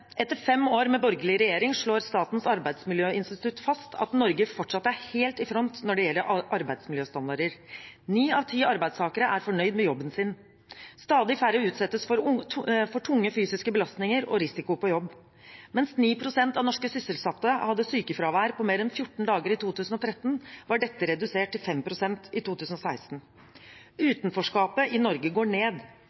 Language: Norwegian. Etter fem år med borgerlig regjering slår Statens arbeidsmiljøinstitutt fast at Norge fortsatt er helt i front når det gjelder arbeidsmiljøstandarder. Ni av ti arbeidstakere er fornøyd med jobben sin. Stadig færre utsettes for tunge fysiske belastninger og risiko på jobb. Mens 9 pst. av norske sysselsatte hadde sykefravær på mer enn 14 dager i 2013, var dette redusert til 5 pst. i 2016.